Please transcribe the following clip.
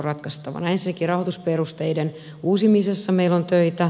ensinnäkin rahoitusperusteiden uusimisessa meillä on töitä